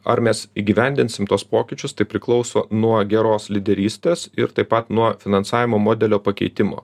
ar mes įgyvendinsim tuos pokyčius tai priklauso nuo geros lyderystės ir taip pat nuo finansavimo modelio pakeitimo